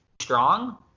strong